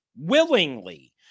willingly